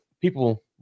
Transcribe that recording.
people